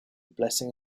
blessing